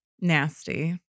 Nasty